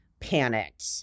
panicked